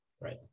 Right